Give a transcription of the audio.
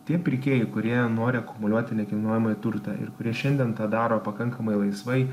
tie pirkėjai kurie nori akumuliuoti nekilnojamąjį turtą ir kurie šiandien tą daro pakankamai laisvai